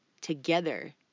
together